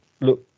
look